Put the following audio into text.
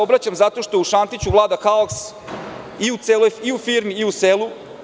Obraćam se zato što u Šantiću vlada haos i u firmi i u selu.